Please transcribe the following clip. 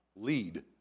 lead